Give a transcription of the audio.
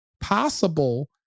possible